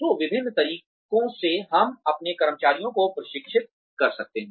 तो विभिन्न तरीकों से हम अपने कर्मचारियों को प्रशिक्षित कर सकते हैं